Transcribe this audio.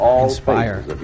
Inspire